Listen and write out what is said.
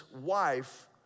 wife